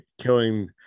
killing